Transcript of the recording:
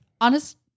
honest